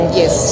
yes